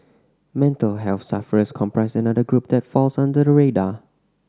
mental health sufferers comprise another group that falls under the radar